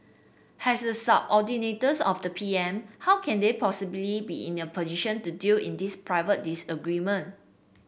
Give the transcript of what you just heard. has the subordinates of the P M how can they possibly be in a position to deal in this private disagreement